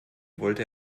wollte